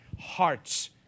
hearts